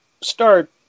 start